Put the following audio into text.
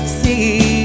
see